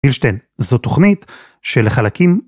אילשטיין, זו תוכנית של חלקים.